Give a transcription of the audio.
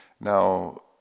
Now